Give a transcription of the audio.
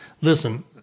Listen